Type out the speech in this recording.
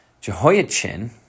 Jehoiachin